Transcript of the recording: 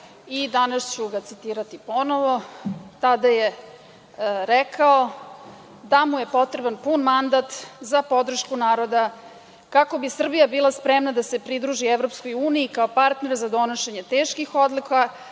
Danas ću ga citirati ponovo. Tada je rekao da mu je potreban pun mandat za podršku naroda kako bi Srbija bila spremna da se pridruži EU kao partner za donošenje teških odluka,